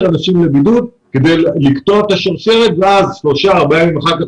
אנשים לבידוד כדי לקטוע את השרשרת ואז שלושה-ארבעה ימים אחר כך,